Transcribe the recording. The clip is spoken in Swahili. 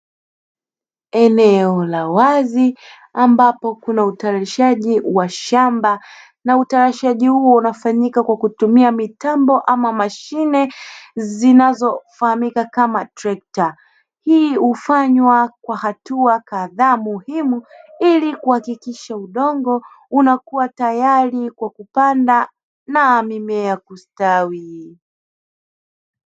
Eneo la wazi ambapo kuna utayarishaji wa shamba, na utayarishaji huo unafanyika kwa kutumia mitambo ama mashine zinazofahamika kama trekta. Hii hufanywa kwa hatua kadhaa muhimu ili kuhakikisha udongo unakuwa tayari kwa kupanda na mimea kustawi.